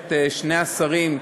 שני השרים,